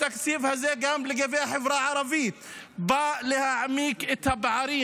התקציב הזה גם לגבי החברה הערבית בא להעמיק את הפערים